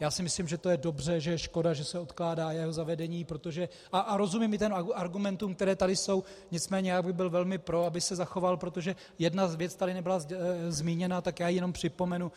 Já si myslím, že to je dobře, že je škoda, že se odkládá jeho zavedení, protože, a rozumím i těm argumentům, které tady jsou, nicméně bych byl velmi pro, aby se zachoval, protože jedna věc tady nebyla zmíněna, tak já ji jenom připomenu.